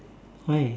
why